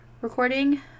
recording